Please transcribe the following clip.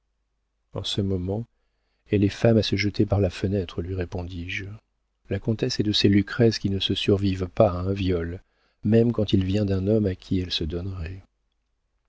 en ce moment elle est femme à se jeter par la fenêtre lui répondis-je la comtesse est de ces lucrèces qui ne survivent pas à un viol même quand il vient d'un homme à qui elles se donneraient